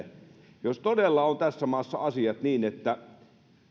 kajaanin lähelle jos todella on tässä maassa asiat niin että